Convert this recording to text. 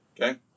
Okay